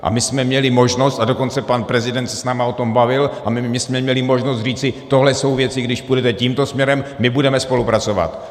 A my jsme měli možnost, a dokonce pan prezident se s námi o tom bavil, a my jsme měli možnost říci: tohle jsou věci, když půjdete tímto směrem, my budeme spolupracovat.